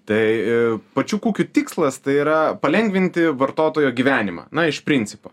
tai pačių kukių tikslas tai yra palengvinti vartotojo gyvenimą na iš principo